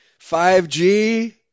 5G